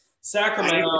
Sacramento